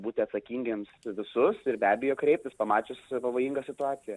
būti atsakingiems visus ir be abejo kreiptis pamačius pavojingą situaciją